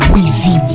Weezy